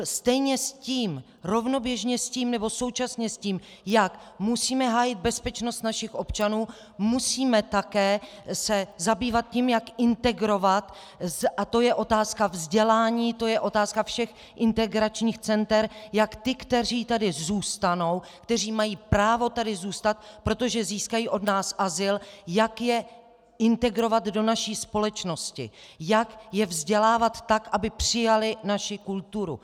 Stejně s tím, rovnoběžně s tím nebo současně s tím, jak musíme hájit bezpečnost našich občanů, musíme také se zabývat tím, jak integrovat a to je otázka vzdělání, to je otázka všech integračních center jak ty, kteří tady zůstanou, kteří mají právo tady zůstat, protože získají od nás azyl, jak je integrovat do naší společnosti, jak je vzdělávat tak, aby přijali naši kulturu.